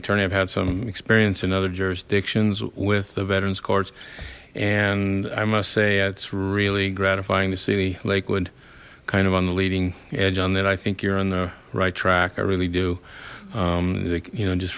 attorney i've had some experience in other jurisdictions with the veterans courts and i must say that's really gratifying the city lakewood kind of on the leading edge on that i think you're on the right track i really do you know just